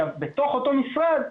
בתוך אותו משרד,